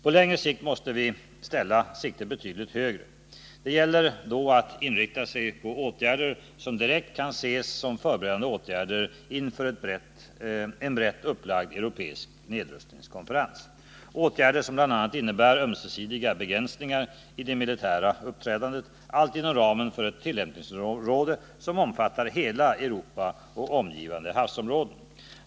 På längre sikt måste vi ställa siktet betydligt högre. Det gäller då att inrikta sig på åtgärder som direkt kan ses som förberedande åtgärder inför en brett upplagd europeisk nedrustningskonferens. Åtgärder som bl.a. innebär ömsesidiga begränsningar i det militära uppträdandet, allt inom ramen för ett tillämpningsområde som omfattar hela Europa och omgivande havsområden.